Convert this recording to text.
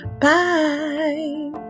Bye